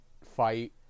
fight